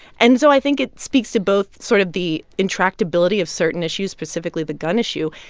and so i think it speaks to both sort of the intractability of certain issues, specifically the gun issue,